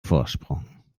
vorsprung